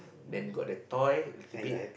then got the toy little bit